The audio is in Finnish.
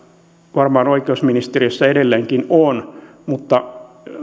varmaan oikeusministeriössä edelleenkin on mutta